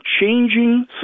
changing